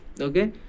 Okay